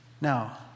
Now